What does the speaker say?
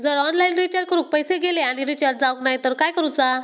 जर online recharge करून पैसे गेले आणि रिचार्ज जावक नाय तर काय करूचा?